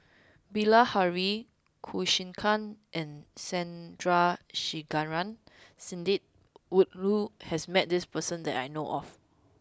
Bilahari Kausikan and Sandrasegaran Sidney Woodhull has met this person that I know of